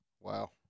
Wow